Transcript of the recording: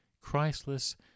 Christless